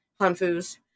hanfus